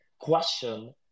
question